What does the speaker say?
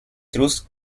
trust